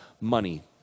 money